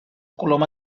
coloma